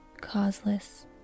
causeless